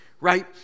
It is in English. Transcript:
right